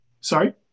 sorry